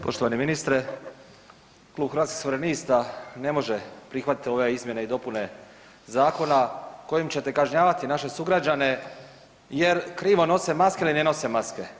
Poštovani ministre, Klub Hrvatskih suverenista ne može prihvatiti ove izmjene i dopune zakona kojim ćete kažnjavati naše sugrađane jer krivo nose maske ili ne nose maske.